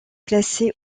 classée